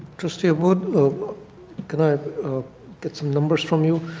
trustee abboud can i get some numbers from you?